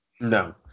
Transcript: No